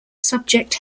subject